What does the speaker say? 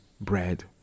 bread